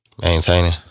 Maintaining